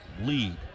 lead